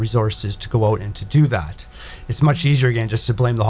resources to go out and to do that it's much easier again just to blame the